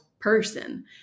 person